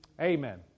Amen